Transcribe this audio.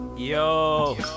Yo